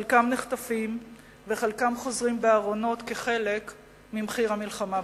חלקם נחטפים וחלקם חוזרים בארונות כחלק ממחיר המלחמה בטרור.